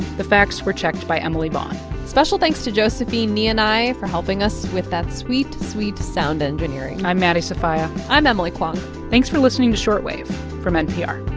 the facts were checked by emily vaughn special thanks to josephine nyounai for helping us with that sweet, sweet sound engineering i'm maddie sofia i'm emily kwong thanks for listening to short wave from npr